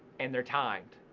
and they're timed.